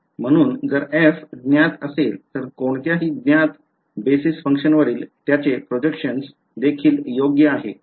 म्हणून जर f ज्ञात असेल तर कोणत्याही ज्ञात बेसिस फंक्शनवरील त्याचे प्रोजेक्शन देखील योग्य आहे